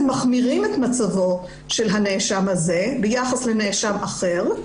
מחמירים את מצבו של הנאשם הזה ביחס לנאשם אחר,